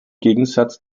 gegensatz